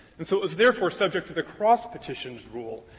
and so it was therefore subject to the cross-petitions rule,